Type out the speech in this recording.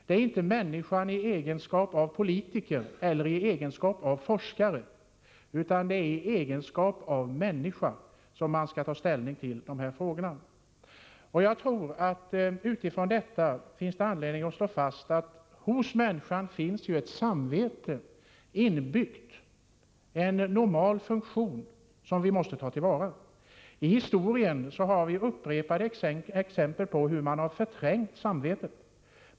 Det är inte i egenskap av politiker eller i egenskap av forskare utan i egenskap av just människa som man skall ta ställning till de här frågorna. Jag tror det finns anledning att påminna om att det hos människan finns inbyggt ett samvete, en normal funktion, som vi måste ta till vara. I historien har vi upprepade exempel på hur man har förträngt samvetet.